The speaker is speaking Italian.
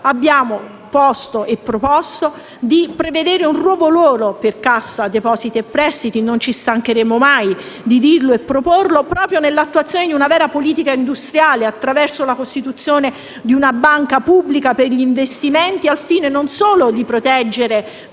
abbiamo proposto di prevedere un nuovo ruolo per la Cassa depositi e prestiti - non ci stancheremo mai di proporlo - nell'attuazione di una vera politica industriale attraverso la costituzione di una banca pubblica per gli investimenti al fine non solo di proteggere,